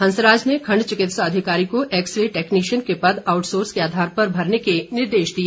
हंसराज ने खंड चिकित्सा अधिकारी को एक्सरे टैक्निशियन के पद आउटसोर्स के आधार जल्द भरने के निर्देश दिए